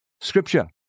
Scripture